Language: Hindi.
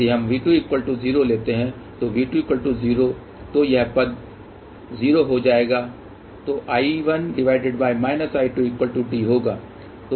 यदि हम V20 लेते हैं तो V20 तो यह पद 0 हो जाएगा तो I1−I2D होगा